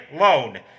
LOAN